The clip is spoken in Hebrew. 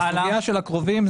לגבי הסוגייה של הקרובים,